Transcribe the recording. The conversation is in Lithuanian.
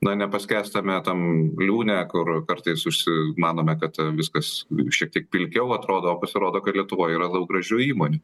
na ne paskęstame tam liūne kur kartais užsimanome kad viskas šiek tie pilkiau atrodo o pasirodo kad lietuvoj yra labai gražių įmonių